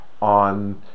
on